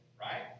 right